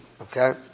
Okay